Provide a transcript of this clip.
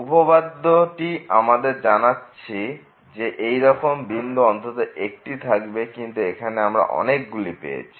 উপপাদ্যটি আমাদের জানাচ্ছে যে এইরকম বিন্দু অন্তত একটি থাকবে কিন্তু এখানে আমরা অনেকগুলি পেয়েছি